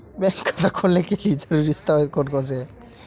Bank खाता खोलने के लिए ज़रूरी दस्तावेज़ कौन कौनसे हैं?